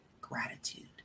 gratitude